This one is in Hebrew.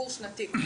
קורס שנתי.